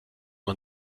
man